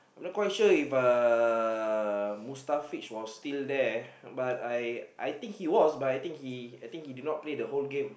not quite sure if uh Mustafich was still there but I I think he was but I think he I think he did not play the whole game